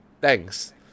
Thanks